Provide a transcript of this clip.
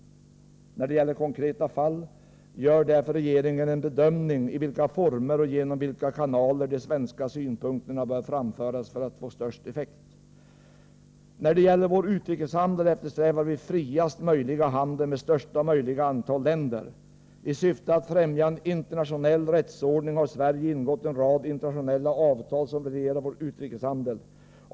När det gäller konkreta fall, gör därför regeringen en bedömning i vilka former och genom vilka kanaler de svenska synpunkterna bör framföras för att få den största effekten. När det gäller vår utrikeshandel eftersträvar vi friaste möjliga handel med största möjliga antal länder. I syfte att främja en internationell rättsordning har Sverige ingått en rad internationella avtal som reglerar vår utrikeshandel.